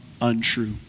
untrue